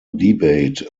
debate